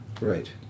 Right